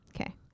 Okay